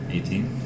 Eighteen